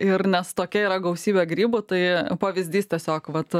ir nes tokia yra gausybė grybų tai pavyzdys tiesiog vat